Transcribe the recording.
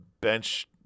bench